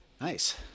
Nice